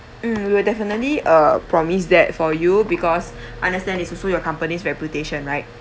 mm we will definitely uh promise that for you because understand it's also your company's reputation right